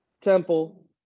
Temple